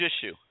issue